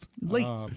Late